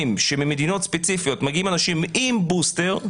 שממדינות ספציפיות מגיעים אנשים עם בוסטר,